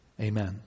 Amen